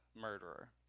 murderer